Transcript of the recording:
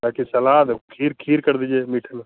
बाक़ी सलाद खीर खीर कर दीजिए मीठे में